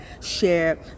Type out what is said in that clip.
share